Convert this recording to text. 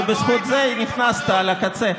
ובזכות זה נכנסת על הקצה.